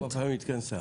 כמה פעמים היא התכנסה?